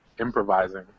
improvising